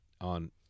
on